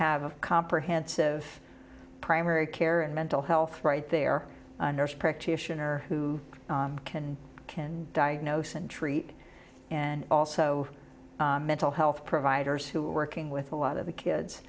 have comprehensive primary care and mental health right there a nurse practitioner who can and can diagnose and treat and also mental health providers who are working with a lot of the kids